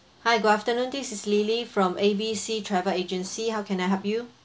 hi good afternoon this is lily from A B C travel agency how can I help you